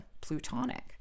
Plutonic